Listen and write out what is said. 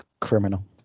criminal